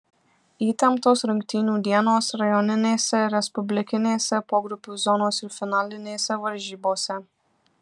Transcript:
įtemptos rungtynių dienos rajoninėse ir respublikinėse pogrupių zonos ir finalinėse varžybose